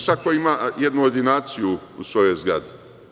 Svako da ima jednu ordinaciju u svojoj zgradi.